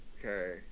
Okay